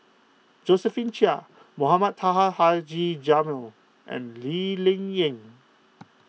Josephine Chia Mohamed Taha Haji Jamil and Lee Ling Yen